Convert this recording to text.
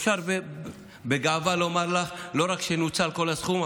אפשר בגאווה לומר לך שלא רק שנוצל כל הסכום,